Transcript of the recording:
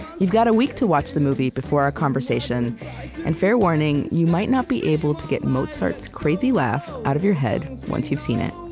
you've got a week to watch the movie before our conversation and fair warning you might not be able to get mozart's crazy laugh out of your head once you've seen it